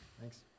Thanks